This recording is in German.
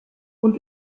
und